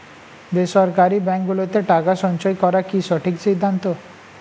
বেসরকারী ব্যাঙ্ক গুলোতে টাকা সঞ্চয় করা কি সঠিক সিদ্ধান্ত?